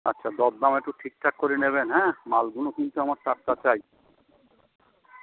আচ্ছা দরদাম একটু ঠিকঠাক করে নেবেন হ্যাঁ মালগুলো কিন্তু আমার টাটকা চাই